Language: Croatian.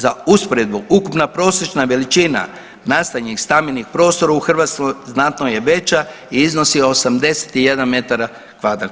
Za usporedbu, ukupna prosječna veličina nastanjenih stambenih prostora u Hrvatskoj znatno je veća i iznosi 81m2.